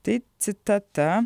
tai citata